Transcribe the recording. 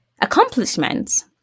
accomplishments